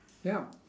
yup